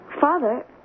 Father